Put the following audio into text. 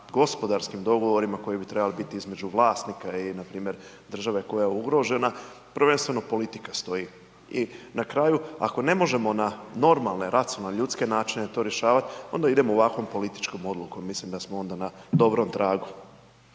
gospodarskim govorima koji bi trebali biti između vlasnika i npr. države koja je ugrožena, prvenstveno politika stoji. I na kraju, ako ne možemo na normalne, racionalne ljudske načina to rješavati, onda idemo ovakvom političkom odlukom, mislim da smo onda na dobrom tragu.